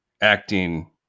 acting